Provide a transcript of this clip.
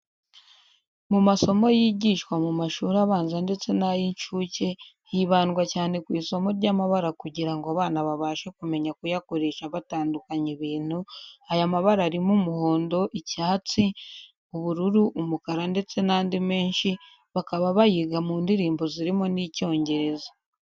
Mu masomo yigishwa mu mashuri abanza ndetse n'ay'incuke hibandwa cyane ku isomo ry'amabara kugira ngo abana babashe kumenya kuyakoresha batandukanya ibintu, aya mabara arimo: umuhondo, icyatsi, ubururu, umukara ndetse n'andi menshi, bakaba bayiga mu ndimi zirimo n'Icyongereza.